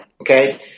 okay